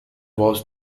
was